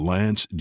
Lance